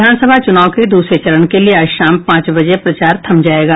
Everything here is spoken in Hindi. विधानसभा चुनाव के दूसरे चरण के लिये आज शाम पांच बजे प्रचार थम जायेगा